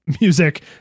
music